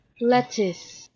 Lettuce